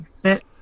fit